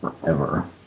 forever